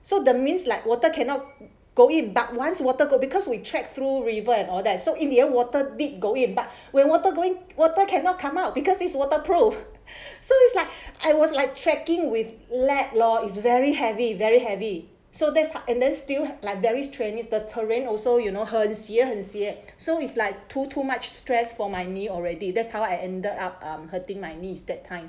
so the means like water cannot go in but once you water because we trekked through river and all that so in the end water did go in but when water go in water cannot come out because this waterproof so it's like I was like trekking with lag lor is very heavy very heavy so there's like and then still very strenuous the terrain also you know 很斜很斜 so is like too too much stress for my knee already that's how I ended up hurting my knees that time